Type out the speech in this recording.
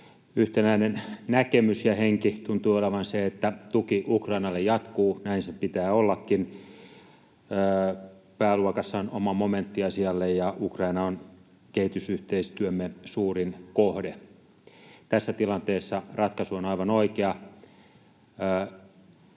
Yhtenäinen näkemys ja henki tuntuu olevan sellainen, että tuki Ukrainalle jatkuu — näin sen pitää ollakin. Pääluokassa on oma momentti asialle, ja Ukraina on kehitysyhteistyömme suurin kohde. Tässä tilanteessa ratkaisu on aivan oikea.